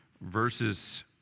verses